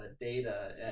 Data